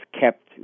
kept